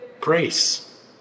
grace